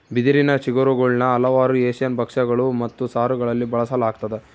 ಬಿದಿರಿನ ಚಿಗುರುಗುಳ್ನ ಹಲವಾರು ಏಷ್ಯನ್ ಭಕ್ಷ್ಯಗಳು ಮತ್ತು ಸಾರುಗಳಲ್ಲಿ ಬಳಸಲಾಗ್ತದ